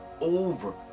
over